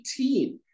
18